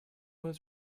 was